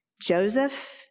Joseph